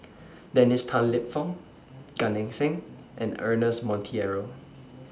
Dennis Tan Lip Fong Gan Eng Seng and Ernest Monteiro